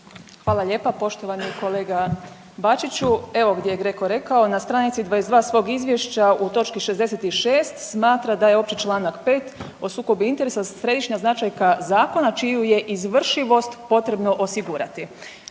Hvala lijepa poštovani kolega Bačiću. Evo gdje je GRECO rekao na stranici 22. svog izvješća u točki 66. smatra da je opći članak 5. o sukobu interesa središnja značajka zakona čiju je izvršivost potrebno osigurati.